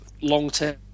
long-term